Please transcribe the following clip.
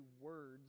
words